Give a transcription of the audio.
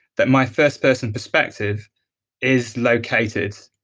that my first person perspective is located